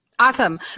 Awesome